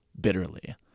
bitterly